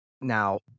Now